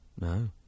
No